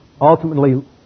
ultimately